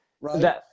right